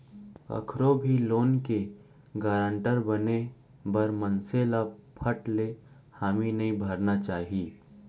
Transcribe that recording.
कखरो भी लोन के गारंटर बने बर मनसे ल फट ले हामी नइ भरना चाही